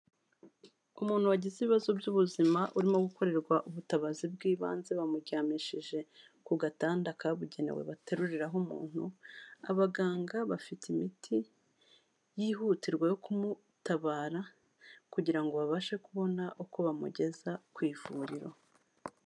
Umuntu wagize ibibazo by'ubuzima urimo gukorerwa ubutabazi bw'ibanze bamuryamishije ku gatanda kabugenewe bateruriraho umuntu abaganga bafite imiti yihutirwa yo kumutabara kugira ngo babashe kubona uko bamugeza ku ivuriro.